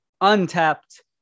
untapped